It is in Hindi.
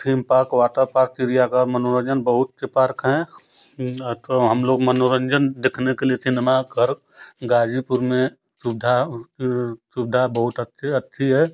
थीम पार्क वातर पार्क चिड़ियाघर मनोरंजन बहुत से पार्क है तो हम लोग मनोरंजन देखने के लिए सिनेमाघर गाजीपुर में सुविधा सुविधा बहुत अच्छी अच्छी है